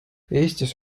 eestis